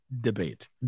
Debate